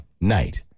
night